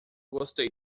gostei